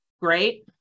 great